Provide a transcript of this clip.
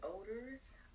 odors